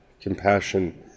compassion